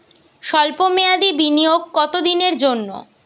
সল্প মেয়াদি বিনিয়োগ কত দিনের জন্য?